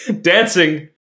dancing